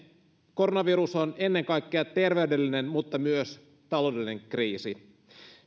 koronavirus on ennen kaikkea terveydellinen mutta myös taloudellinen kriisi